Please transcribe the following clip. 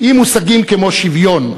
אם מושגים כמו שוויון,